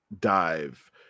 dive